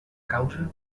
causa